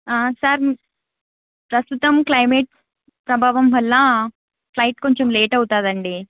sir ప్రస్తుతం climate ప్రభావం వల్ల ఫ్లైట్ కొంచెం లేట్ అవుతుందండి